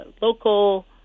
local